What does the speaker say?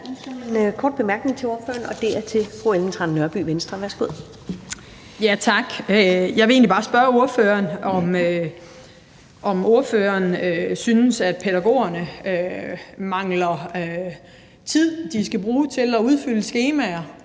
en kort bemærkning til ordføreren, og det er fra fru Ellen Trane Nørby, Venstre. Værsgo. Kl. 12:34 Ellen Trane Nørby (V): Tak. Jeg vil egentlig bare spørge ordføreren, om ordføreren synes, at pædagogerne mangler tid, som de skal bruge til at udfylde skemaer,